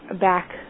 back